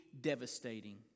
devastating